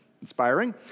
inspiring